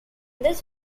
this